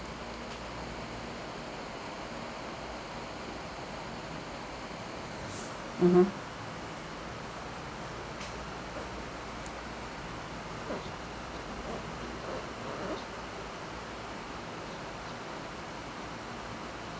mmhmm